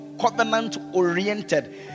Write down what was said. covenant-oriented